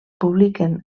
publiquen